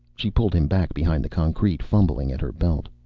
she pulled him back, behind the concrete, fumbling at her belt.